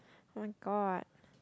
oh-my-god